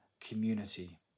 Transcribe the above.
community